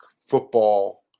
football